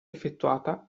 effettuata